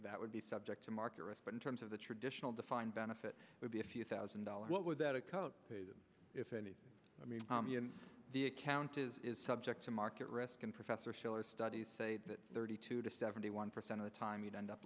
that would be subject to market risk but in terms of the traditional defined benefit would be a few thousand dollars what would that a cult if any i mean the account is is subject to market risk and professor shiller studies say that thirty two to seventy one percent of the time you'd end up